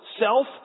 self